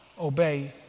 obey